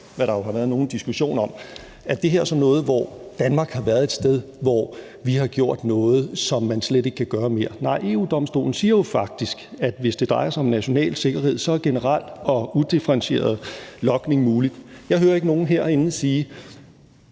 hvad der jo har været nogen diskussion om – om det her så er noget, hvor Danmark har været et sted, hvor vi har gjort noget, som man slet ikke kan gøre mere: Nej, EU-Domstolen siger jo faktisk, at hvis det drejer sig om national sikkerhed, er generel og udifferentieret logning muligt. Jeg hører ikke nogen herinde sige,